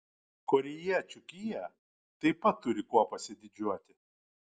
korėjiečių kia taip pat turi kuo pasididžiuoti